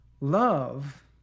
Love